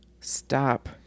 stop